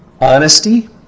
Honesty